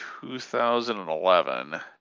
2011